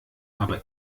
aber